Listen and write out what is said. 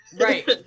right